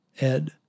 Ed